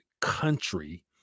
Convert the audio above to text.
country